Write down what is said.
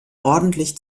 ordentlich